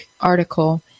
article